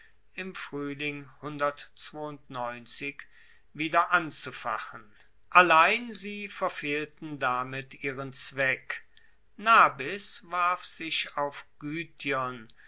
im fruehling wieder anzufachen allein sie verfehlten damit ihren zweck nabis warf sich auf